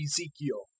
Ezekiel